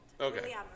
Okay